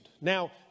Now